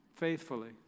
Faithfully